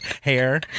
hair